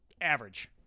average